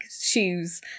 shoes